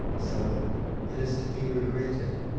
so it is to be regretted,